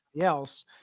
else